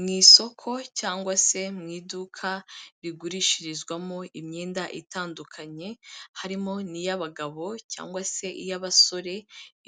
Mu isoko cyangwa se mu iduka rigurishirizwamo imyenda itandukanye harimo n'iy'abagabo cyangwa se iy'abasore